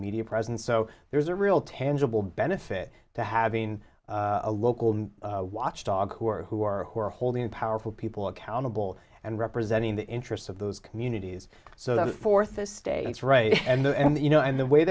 media presence so there's a real tangible benefit to having a local watchdog who are who are who are holding powerful people accountable and representing the interests of those communities so that the fourth estate is right and that you know in the way